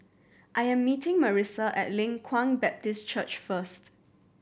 I am meeting Marisa at Leng Kwang Baptist Church first